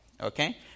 Okay